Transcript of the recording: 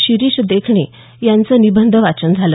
शिरीष देखणे यांचं निबंध वाचन झालं